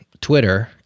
Twitter